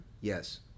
Yes